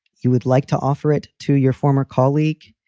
you would like to offer it to your former colleague.